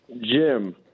Jim